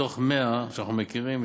מתוך 100 שאנחנו מכירים,